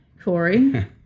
Corey